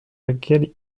lequel